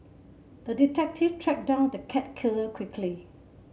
the detective tracked down the cat killer quickly